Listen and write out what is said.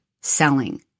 selling